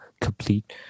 complete